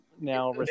Now